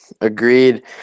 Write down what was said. Agreed